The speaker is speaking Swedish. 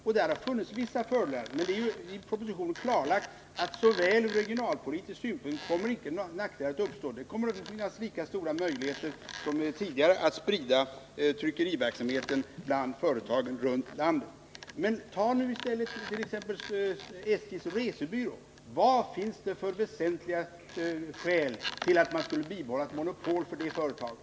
Där har det funnits vissa fördelar, men det är i propositionen klarlagt att från regionalpolitisk synpunkt kommer icke några nackdelar att uppstå. Det kommer fortsättningsvis att finnas lika stora möjligheter som tidigare att sprida tryckeriverksamheten bland företagen runt landet. Ta i stället som exempel SJ:s resebyrå. Vad finns det för väsentliga skäl till att man skall bibehålla ett monopol för det företaget?